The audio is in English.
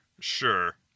Sure